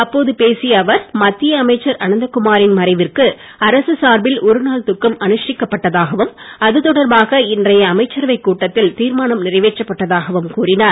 அப்போது பேசிய அவர் மத்திய அமைச்சர் அனந்தகுமாரின் மறைவிற்கு அரசு சார்பில் நாள் குக்கம் ஒரு அனுஷ்டிக்கப்பட்டதாகவும் அது தொடர்பாக இன்றைய அமைச்சரவைக் கூட்டத்தில் தீர்மானம் நிறைவேற்றப்பட்டதாகவும் கூறினார்